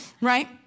Right